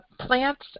plants